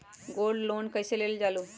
Gold loan कईसे लेल जाहु?